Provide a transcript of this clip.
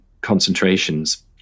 concentrations